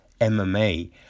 MMA